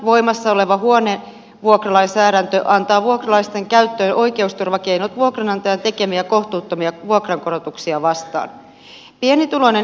voimassa oleva huonevuokralainsäädäntö antaa vuokralaisten käyttöön oikeusturvakeinot vuokranantajan tekemiä kohtuuttomia vuokrankorotuksia vastaan